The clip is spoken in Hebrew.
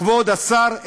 כבוד השר,